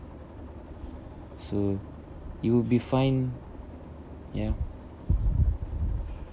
so it will be fine ya